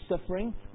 suffering